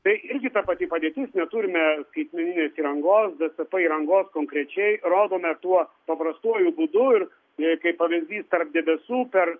tai irgi ta pati padėtis neturime skaitmeninės įrangos d c p įrangos konkrečiai rodome tuo paprastuoju būdu ir jei kaip pavyzdys tarp debesų per